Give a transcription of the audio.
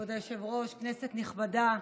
כבוד היושב-ראש, כנסת נכבדה,